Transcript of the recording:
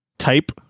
Type